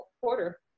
quarter